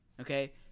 okay